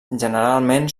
generalment